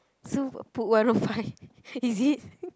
so I put one O five is it